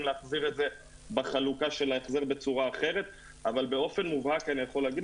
להחזיר את החלוקה של ההחזר בצורה אחרת אבל באופן מובהק אני יכול להגיד